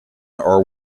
are